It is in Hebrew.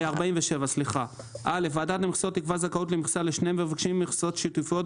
47. ועדת המכסות תקבע זכאות למכסה לשני מבקשי מכסות שיתופיים,